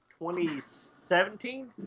2017